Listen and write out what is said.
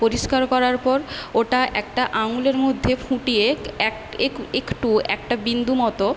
পরিষ্কার করার পর ওটা একটা আঙুলের মধ্যে ফুটিয়ে এক একটু একটা বিন্দু মতো